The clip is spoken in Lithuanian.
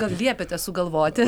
gal liepėte sugalvoti